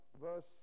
verse